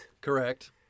correct